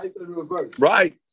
right